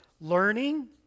learning